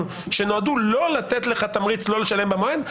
שנועדו לא לתת לך תמריץ לא לשלם במועד,